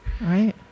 Right